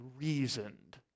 reasoned